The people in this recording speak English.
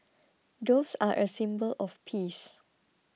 doves are a symbol of peace